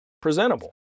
presentable